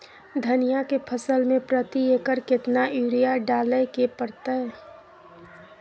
धनिया के फसल मे प्रति एकर केतना यूरिया डालय के परतय?